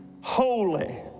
Holy